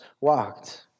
walked